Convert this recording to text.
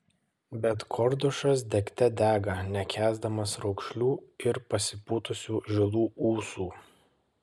bet kordušas degte dega nekęsdamas raukšlių ir pasipūtusių žilų ūsų